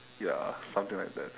ya something like that